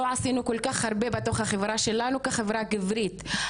לא עשינו כל כך הרבה בתוך החברה שלנו כחברה גברית,